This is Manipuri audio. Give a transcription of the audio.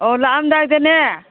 ꯑꯣ ꯂꯥꯛꯑꯝꯗꯥꯏꯗꯅꯦ